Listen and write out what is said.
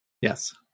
Yes